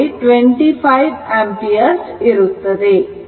2 25 ampere ಇರುತ್ತದೆ